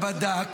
הוא בן אדם.